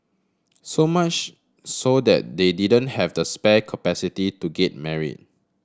so much so that they didn't have the spare capacity to get married